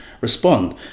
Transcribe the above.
respond